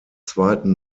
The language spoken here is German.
zweiten